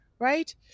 right